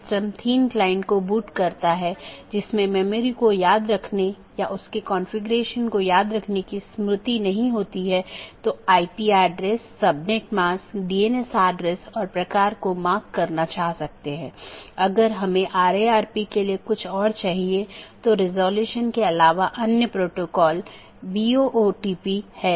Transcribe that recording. autonomous system के अंदर OSPF और RIP नामक प्रोटोकॉल होते हैं क्योंकि प्रत्येक ऑटॉनमस सिस्टम को एक एडमिनिस्ट्रेटर कंट्रोल करता है इसलिए यह प्रोटोकॉल चुनने के लिए स्वतंत्र होता है कि कौन सा प्रोटोकॉल उपयोग करना है